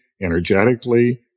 energetically